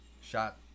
Shot